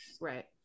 right